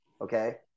Okay